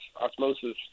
osmosis